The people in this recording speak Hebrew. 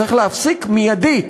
צריך להפסיק מיידית